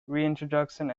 reintroduction